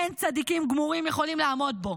אין צדיקים גמורים יכולים לעמוד בו,